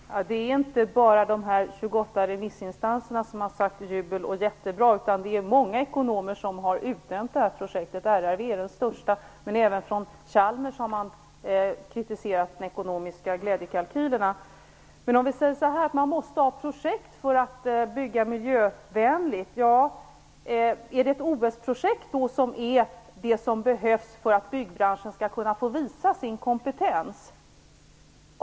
Herr talman! Det är inte bara så att de 28 remissinstanserna har jublat och sagt att det är jättebra, utan många ekonomer har utdömt projektet, bl.a. från RRV, som är störst, men också från Chalmers, som har kritiserat de ekonomiska glädjekalkylerna. Om vi säger att det måste finnas projekt för att bygga miljövänligt, är det då ett OS-projekt som behövs för att byggbranschen skall få visa sin kompetens?